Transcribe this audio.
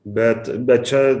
bet bet čia